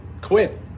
quit